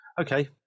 okay